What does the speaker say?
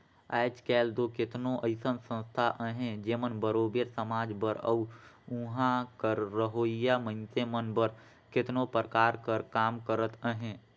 आएज काएल दो केतनो अइसन संस्था अहें जेमन बरोबेर समाज बर अउ उहां कर रहोइया मइनसे मन बर केतनो परकार कर काम करत अहें